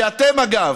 שאגב,